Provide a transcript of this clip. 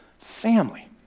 family